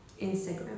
Instagram